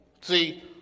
See